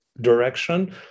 direction